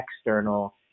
external